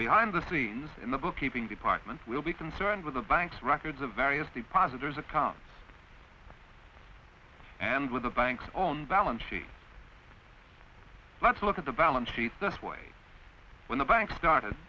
behind the scenes in the book keeping department will be concerned with the bank's records of variously profiteers accounts and with the bank's own balance sheet let's look at the balance sheets this way when the bank started